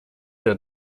der